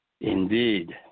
indeed